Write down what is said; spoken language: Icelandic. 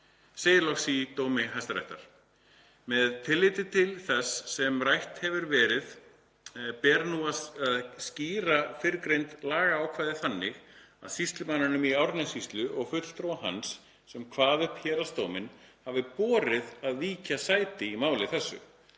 Segir loks í dómi Hæstaréttar: „Með tilliti til þess sem rætt hefur verið ber nú að skýra fyrrgreind lagaákvæði þannig að sýslumanninum í Árnessýslu og fulltrúa hans, sem kvað upp héraðsdóminn, hafi borið að víkja sæti í máli þessu“